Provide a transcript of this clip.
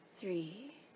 three